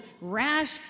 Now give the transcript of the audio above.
rash